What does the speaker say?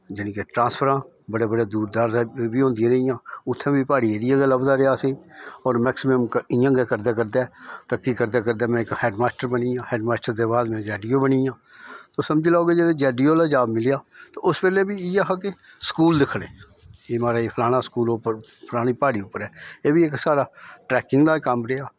जानि के ट्रांसफरां बड़े बड़े दूर बी होंदियां रेहियां उत्थें बी प्हाड़ी एरिया गै लभदा रेहा असेंगी होर मैकसिमम इ'यां गै करदे करदे तरक्की करदे करदे में इक हैडमास्टर बनी गेआ हैडमास्टर दे बाद में ज़ै ई ओ बनी गेआ तुस समझी लैओ जिसलै ज़ैड ई ओ आह्ला जाब मिलेआ ते उसलै बी इयै हा कि स्कूल दिक्खने कि महाराज फलाना स्कूल उप्पर फलानी प्हाड़ी उप्पर ऐ एह् बी इक साढ़ा ट्रैकिंग दा गै कम्म रेहा